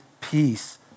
peace